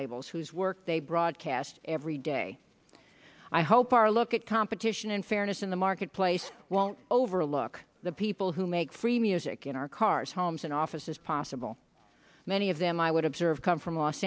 labels whose work they broadcast every day i hope our look at competition and fairness in the marketplace won't overlook the people who make free music in our cars homes and offices possible many of them i would observe come from los